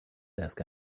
desk